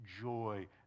joy